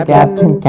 Captain